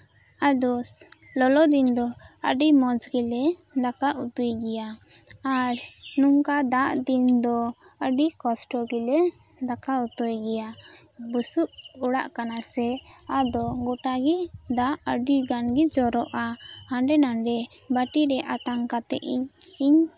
ᱟᱫᱚ ᱞᱚᱞᱚ ᱫᱤᱱ ᱫᱚ ᱟᱹᱰᱤ ᱢᱚᱸᱡᱽ ᱜᱮᱞᱮ ᱫᱟᱠᱟ ᱩᱛᱩᱭ ᱜᱮᱭᱟᱟᱨ ᱱᱚᱝᱠᱟ ᱫᱟᱜ ᱫᱤᱱ ᱫᱚ ᱟᱹᱰᱤ ᱠᱚᱥᱴᱚ ᱜᱮᱞᱮ ᱫᱟᱠᱟ ᱩᱛᱩᱭ ᱜᱮᱭᱟ ᱵᱩᱥᱩᱵ ᱚᱲᱟᱜ ᱠᱟᱱᱟ ᱥᱮ ᱟᱫᱚ ᱜᱚᱴᱟᱜᱮ ᱫᱟᱜ ᱟᱹᱰᱤᱜᱟᱱ ᱜᱮ ᱡᱚᱨᱚᱜᱼᱟ ᱦᱟᱸᱰᱮ ᱱᱟᱸᱰᱮ ᱵᱟᱴᱤᱨᱮ ᱟᱛᱟᱝ ᱠᱟᱛᱮᱜ ᱤᱧ